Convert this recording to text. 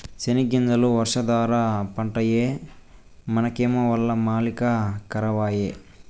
సెనగ్గింజలు వర్షాధార పంటాయె మనకేమో వల్ల మాలిన కరవాయె